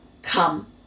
come